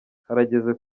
harageze